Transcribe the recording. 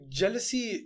jealousy